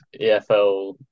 EFL